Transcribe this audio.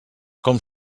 com